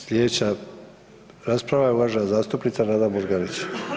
Slijedeća rasprava je uvažena zastupnica Nada Murganić.